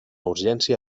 urgència